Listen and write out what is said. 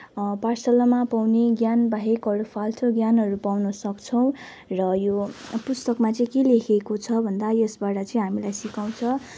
पाठशालामा पाउने ज्ञानबाहेक अरू फाल्टो ज्ञानहरू पाउन सक्छौँ र यो पुस्तकमा चाहिँ के लेखिएको छ भन्दा यसबाट चाहिँ हामीलाई सिकाउँछ